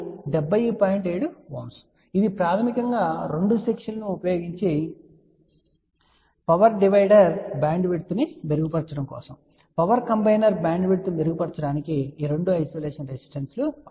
కాబట్టి ఇది ప్రాథమికంగా రెండు సెక్షన్ లను ఉపయోగించి పవర్ డివైడర్ బ్యాండ్విడ్త్ను మెరుగుపరచడం కోసం పవర్ కాంబైనర్ బ్యాండ్విడ్త్ మెరుగుపరచడానికి ఈ రెండు ఐసోలేషన్ రెసిస్టెన్స్ లు అవసరం